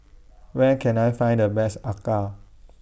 Where Can I Find The Best Acar